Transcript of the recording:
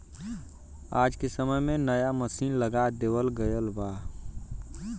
आज के समय में नया मसीन लगा देवल गयल बा